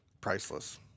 Priceless